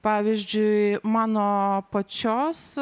pavyzdžiui mano pačios